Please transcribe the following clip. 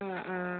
ആ ആ